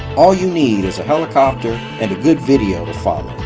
all you need is a helicopter and a good video to follow.